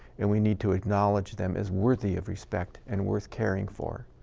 and we need to acknowledge them as worthy of respect, and worth caring for.